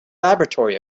laboratory